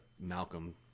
Malcolm